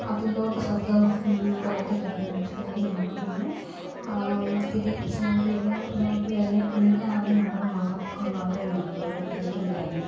അതിലോട്ടു ശ്രദ്ധ പുലര്ത്തി കഴിയുമ്പോഴത്തേക്ക് നമ്മൾക്ക് പിന്നെ ഒത്തിരി ശരീരം ഇതായിട്ടു വേദന ഉണ്ടായാലും നമ്മൾ അത് മറക്കും അവരെ നോക്കുമ്പോഴത്തേക്കും തന്നെ